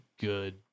good